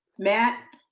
matt.